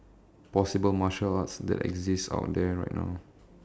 possible martial arts that exist out there right now